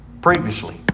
previously